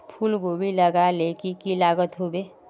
फूलकोबी लगाले की की लागोहो होबे?